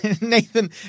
Nathan